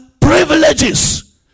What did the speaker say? privileges